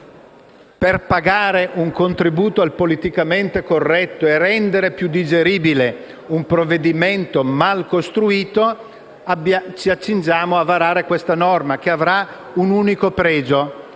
Per pagare un contributo al politicamente corretto e rendere più digeribile un provvedimento mal costruito ci accingiamo a varare questa norma che avrà un unico pregio,